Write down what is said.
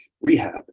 rehab